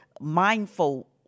mindful